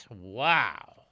Wow